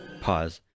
Pause